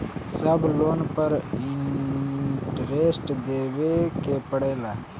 सब लोन पर इन्टरेस्ट देवे के पड़ेला?